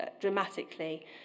dramatically